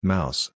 Mouse